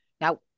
Now